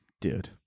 Dude